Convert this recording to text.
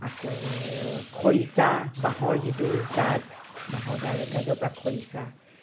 আকৌ খৰিচা বাঁহৰ যিটো গাজ বাঁহৰ গা গাজৰ পৰা খৰিচা